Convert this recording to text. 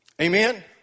Amen